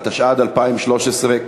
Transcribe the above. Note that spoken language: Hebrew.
התשע"ד 2013,